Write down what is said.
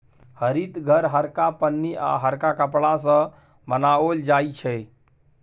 हरित घर हरका पन्नी आ हरका कपड़ा सँ बनाओल जाइ छै